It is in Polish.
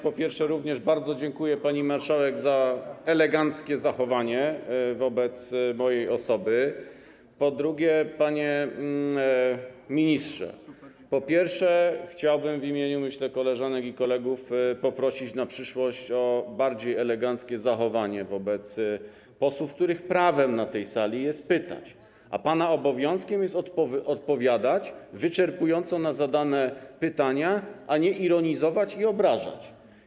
Po pierwsze, również bardzo dziękuję pani marszałek za eleganckie zachowanie wobec mojej osoby, po drugie, panie ministrze, chciałbym, myślę, że w imieniu koleżanek i kolegów, poprosić na przyszłość o bardziej eleganckie zachowanie wobec posłów, których prawem na tej sali jest pytać, a pana obowiązkiem jest odpowiadać wyczerpująco na zadane pytania, a nie ironizować i obrażać.